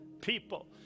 people